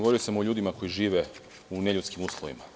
Govorio sam o ljudima koji žive u neljudskim uslovima.